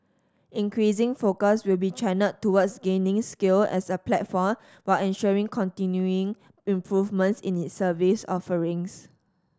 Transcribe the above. increasing focus will be channelled towards gaining scale as a platform while ensuring continuing improvements in its service offerings